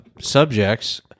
subjects